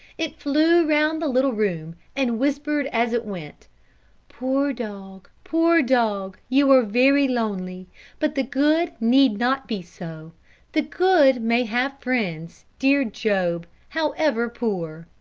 it flew round the little room, and whispered as it went poor dog, poor dog, you are very lonely but the good need not be so the good may have friends, dear job, however poor!